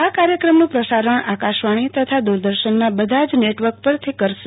આ કાર્યક્રમનું પ્રસારણ આકાશવાણી તથા દૂરદર્શનના બધા જ નેટવર્ક પરથી કરશે